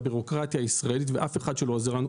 הבירוקרטיה הישראלית ואף אחד לא עוזר לנו.